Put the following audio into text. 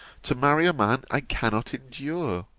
to marry a man i cannot endure?